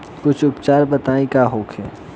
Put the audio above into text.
कुछ उपचार बताई का होखे?